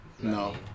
No